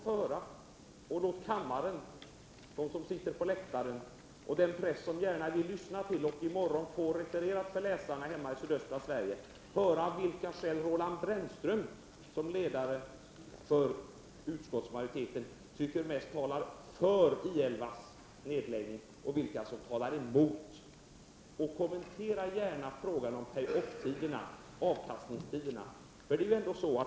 Låt nu mig och kammarens ledamöter, de som sitter på läktaren och den press som gärna vill lyssna till och som i morgon för läsarna hemma i sydöstra Sverige skall referera denna debatt få höra vilka skäl som Roland Brännström som ledare för utskottsmajoriteten tycker mest talar för resp. emot en nedläggning av I 11. Kommentera gärna frågan om payoff-tiderna, alltså avkastningstiderna.